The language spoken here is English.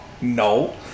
No